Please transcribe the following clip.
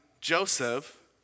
Joseph